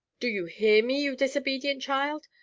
do you hear me, you disobedient child?